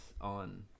on